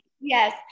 Yes